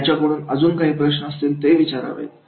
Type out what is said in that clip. त्याच्याकडून अजून काही प्रश्न असतील तर ते विचारावे